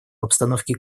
обстановке